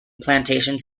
plantations